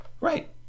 Right